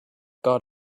got